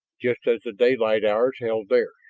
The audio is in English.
just as the daylight hours held theirs.